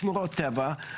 שמורות טבע,